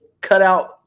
cutout